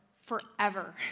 forever